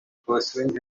pursuing